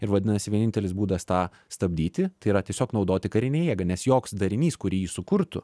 ir vadinasi vienintelis būdas tą stabdyti tai yra tiesiog naudoti karinę jėgą nes joks darinys kurį ji sukurtų